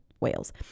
whales